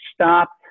Stop